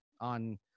on